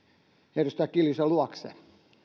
edustaja kiljusen luokse